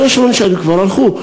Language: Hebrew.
אלה שלא נשארים כבר הלכו.